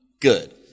Good